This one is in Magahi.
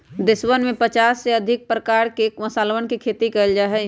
देशवन में पचास से अधिक प्रकार के मसालवन के खेती कइल जा हई